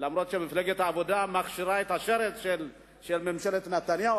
גם אם מפלגת העבודה מכשירה את השרץ של ממשלת נתניהו,